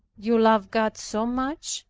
you love god so much,